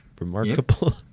Remarkable